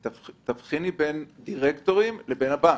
תבחיני בין דירקטורים לבין הבנק.